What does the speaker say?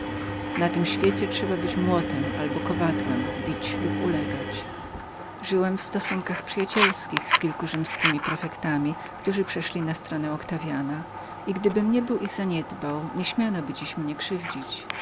na tym świecie trzeba być młotem albo kowadłem bić lub ulegać żyłem w stosunkach przyjacielskich z kilkoma rzymskimi prefektami którzy przeszli na stronę oktawiana i gdybym nie był ich zaniedbał nieśmianoby dziś mnie krzywdzić